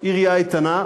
עירייה איתנה,